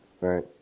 right